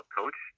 coach